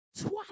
twice